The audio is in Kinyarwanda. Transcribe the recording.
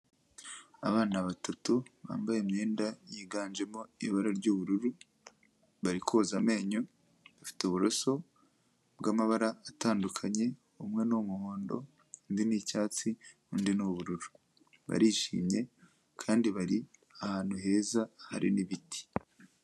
Abana batatu bambaye imyenda yiganjemo ibara ry'ubururu, bari koza amenyo, bafite uburoso bw'mabara atandukanye, umwe ni umuhondo, undi ni icyatsi, undi ni ubururu, barishimye kandi bari ahantu heza hari n'ibiti.